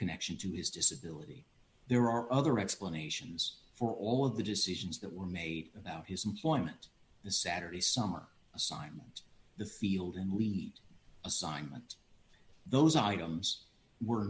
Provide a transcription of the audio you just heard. connection to his disability there are other explanations for all of the decisions that were made about his employment the saturday summer assignment the field and lead assignment those items were